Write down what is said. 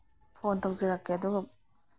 phone ꯇꯧꯖꯔꯛꯀꯦ ꯑꯗꯨꯒ